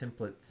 templates